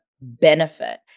benefit